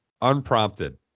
Unprompted